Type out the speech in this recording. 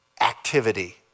activity